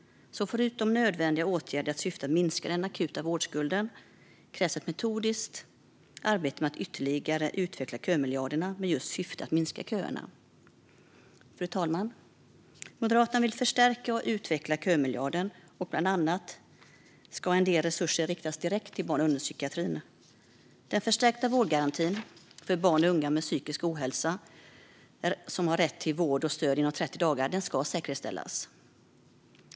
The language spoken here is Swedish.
Förutom nödvändiga åtgärder i syfte att minska den akuta vårdskulden krävs därför ett metodiskt arbete med att ytterligare utveckla kömiljarderna just i syfte att minska köerna. Fru talman! Moderaterna vill förstärka och utveckla kömiljarden. Bland annat ska en del resurser riktas direkt till barn och ungdomspsykiatrin. Den förstärka vårdgarantin för barn och unga med psykisk ohälsa, som ger rätt till vård och stöd inom 30 dagar, ska säkerhetsställas.